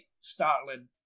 startling